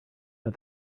but